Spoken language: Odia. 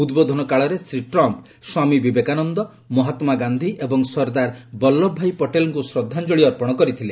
ଉଦ୍ବୋଧନକାଳରେ ଶ୍ରୀ ଟ୍ରମ୍ପ୍ ସ୍ୱାମୀ ବିବେକାନନ୍ଦ ମହାତ୍ଲା ଗାନ୍ଧି ଏବଂ ସର୍ଦ୍ଦାର ବଲ୍ଲଭଭାଇ ପଟେଲ୍ଙ୍କୁ ଶ୍ରଦ୍ଧାଞ୍ଚଳି ଅର୍ପଣ କରିଥିଲେ